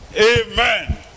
Amen